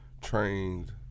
trained